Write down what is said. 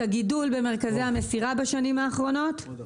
אתה יכול לראות את הגידול שחל בשנים האחרונות במרכזי המסירה.